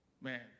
man